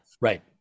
right